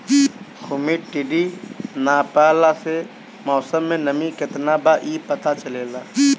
humidity नापला से मौसम में नमी केतना बा इ पता चलेला